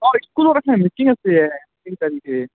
অঁ স্কুলত আছে মিটিং আছে তিনি তাৰিছে